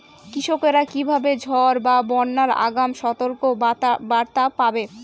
কৃষকেরা কীভাবে ঝড় বা বন্যার আগাম সতর্ক বার্তা পাবে?